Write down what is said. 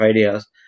ideas